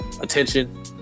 attention